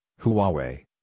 Huawei